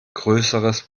größeres